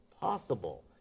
possible